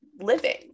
living